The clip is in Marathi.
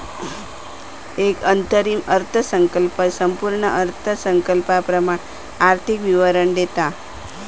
एक अंतरिम अर्थसंकल्प संपूर्ण अर्थसंकल्पाप्रमाण आर्थिक विवरण देता